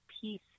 peace